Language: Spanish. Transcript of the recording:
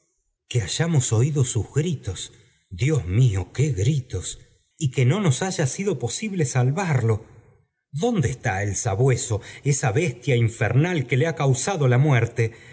que hayamos oído sus gritos dios mío qué gritos y que no non haya sido posible sal vario dónde está el sabueso esa bestia infernal que le ha causado la muerte